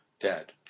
Dead